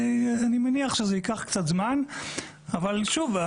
אני מניח שזה ייקח קצת זמן אבל שוב,